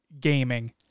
Gaming